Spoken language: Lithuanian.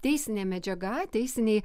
teisinė medžiaga teisiniai